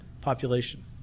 population